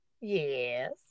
Yes